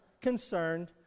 concerned